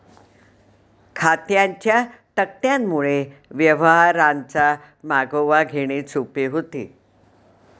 खात्यांच्या तक्त्यांमुळे व्यवहारांचा मागोवा घेणे सोपे होते